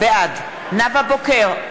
בעד נאוה בוקר,